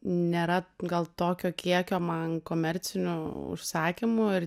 nėra gal tokio kiekio man komercinių užsakymų ir